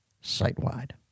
site-wide